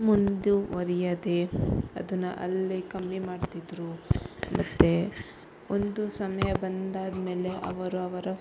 ಮುಂದುವರಿಯದೆ ಅದನ್ನು ಅಲ್ಲೇ ಕಮ್ಮಿ ಮಾಡ್ತಿದ್ದರು ಮತ್ತೆ ಒಂದು ಸಮಯ ಬಂದಾದ ಮೇಲೆ ಅವರು ಅವರ